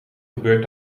gebeurd